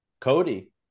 Cody